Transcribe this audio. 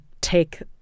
take